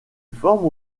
forme